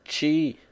chi